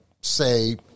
say